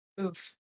Oof